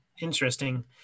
Interesting